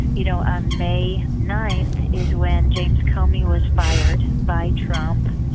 you know ah may ninth is when james comey was fired by trump.